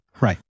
Right